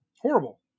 Horrible